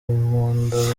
imbunda